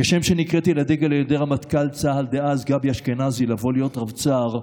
כשם שנקראתי לדגל על ידי רמטכ"ל צה"ל דאז גבי אשכנזי לבוא להיות רבצ"ר,